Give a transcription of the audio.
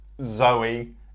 Zoe